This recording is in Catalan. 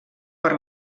per